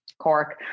Cork